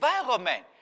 environment